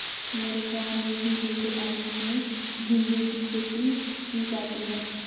मेरे गांव में भी मीठे पानी में झींगे की खेती की जाती है